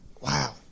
Wow